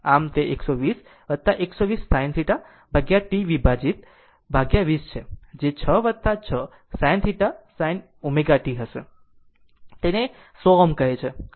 આમ તે 120 120 sinθ ભાગ્યા T વિભાજિત 20 છે જે 6 6 sinθ ω t હશે તે જેને 100 કહે છે